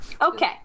Okay